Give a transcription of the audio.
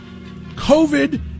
COVID